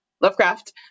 Lovecraft